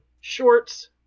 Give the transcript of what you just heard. shorts